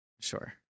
Sure